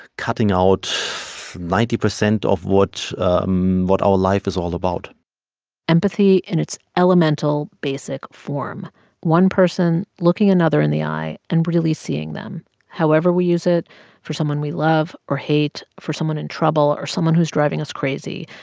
cutting out ninety percent of what ah um our our life is all about empathy in its elemental, basic form one person looking another in the eye and really seeing them however we use it for someone we love or hate, for someone in trouble or someone who's driving us crazy,